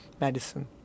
medicine